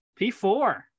P4